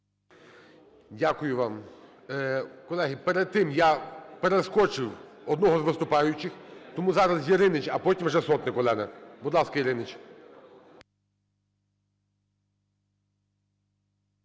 Дякую вам. Колеги, перед тим я перескочив одного з виступаючих, тому зараз – Яриніч, а потім вже Сотник Олена. Будь ласка, Яриніч.